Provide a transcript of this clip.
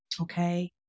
Okay